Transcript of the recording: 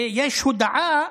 ויש הודעה